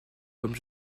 comme